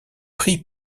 pris